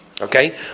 Okay